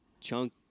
chunk